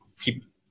keep